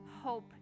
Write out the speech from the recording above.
hope